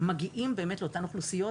מגיעים באמת לאותן אוכלוסיות,